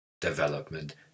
development